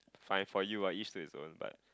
find for you ah each to it's own but